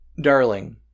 darling